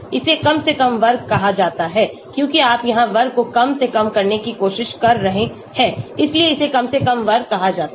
इसे कम से कम वर्ग कहा जाता है क्योंकि आप यहाँ वर्ग को कम से कम करने की कोशिश कर रहे हैं इसीलिए इसे कम से कम वर्ग कहा जाता है